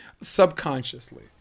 Subconsciously